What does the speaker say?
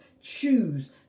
choose